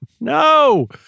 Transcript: no